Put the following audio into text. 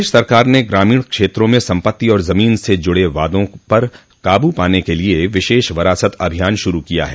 प्रदेश सरकार ने ग्रामीण क्षेत्रों में संपत्ति और जमीन से जुड़े वादों पर काब् पाने के लिए विशेष वरासत अभियान शुरू किया है